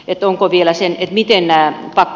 et onko vielä sen miten nää ja